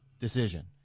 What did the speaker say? decision